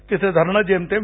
तिथे धरणं जेमतेम